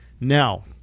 Now